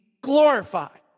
glorified